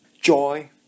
joy